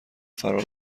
فرار